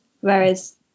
whereas